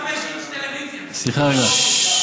מהטלוויזיות, ה-55 אינץ' טלוויזיה, סליחה רגע.